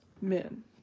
men